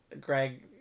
Greg